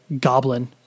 Goblin